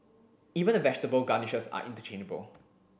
even the vegetable garnishes are interchangeable